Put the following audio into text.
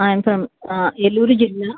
I am from Eluru జిల్లా